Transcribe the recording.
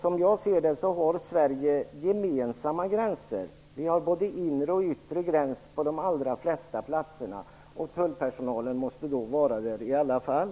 Sverige har gemensamma gränser, både inre och yttre gränser, på de allra flesta platserna. Därför måste tullpersonalen finnas där i alla fall.